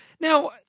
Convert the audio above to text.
Now